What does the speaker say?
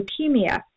leukemia